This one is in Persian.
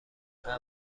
امن